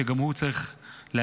שגם הוא יצטרך להגיד,